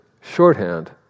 shorthand